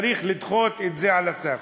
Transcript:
צריך לדחות את זה על הסף.